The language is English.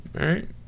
Right